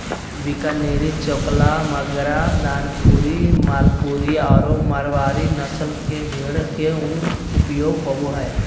बीकानेरी, चोकला, मागरा, दानपुरी, मालपुरी आरो मारवाड़ी नस्ल के भेड़ के उन उपयोग होबा हइ